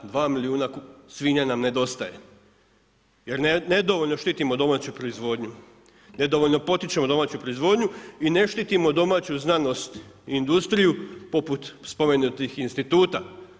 Na 2 milijuna svinja nam nedostaje jer ne dovoljno štitimo domaću proizvodnju, nedovoljno potičemo domaću proizvodnju i ne štitimo domaću znanost i industriju poput spomenutih instituta.